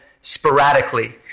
sporadically